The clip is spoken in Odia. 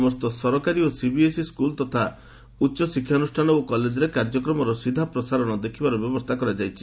ସମସ୍ତ ସରକାରୀ ଓ ସିବିଏସ୍ସି ସ୍କଲ୍ ତଥା ଉଚ୍ଚଶିକ୍ଷାନୃଷ୍ଣାନ ଓ କଲେଜରେ କାର୍ଯ୍ୟକ୍ରମର ସିଧାପ୍ରସାରଣ ଦେଖିବାର ବ୍ୟବସ୍ଥା କରାଯାଇଛି